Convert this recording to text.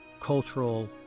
cultural